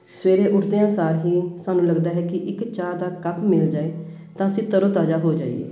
ਸਵੇਰੇ ਉੱਠਦਿਆਂ ਸਾਰ ਹੀ ਸਾਨੂੰ ਲੱਗਦਾ ਹੈ ਕਿ ਇੱਕ ਚਾਹ ਦਾ ਕੱਪ ਮਿਲ ਜਾਵੇ ਤਾਂ ਅਸੀਂ ਤਰੋਤਾਜ਼ਾ ਹੋ ਜਾਈਏ